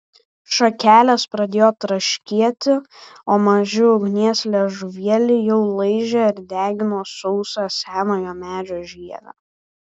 šakelės pradėjo traškėti o maži ugnies liežuvėliai jau laižė ir degino sausą senojo medžio žievę